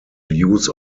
use